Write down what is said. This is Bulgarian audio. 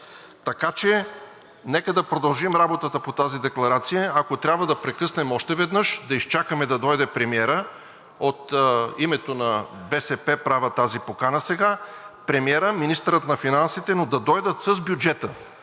Нека да продължим работата по тази декларация. Ако трябва, да прекъснем още веднъж, да изчакаме да дойде премиерът – от името на БСП правя тази покана сега, премиерът, министърът на финансите. Но да дойдат с бюджета.